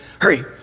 Hurry